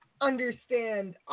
understand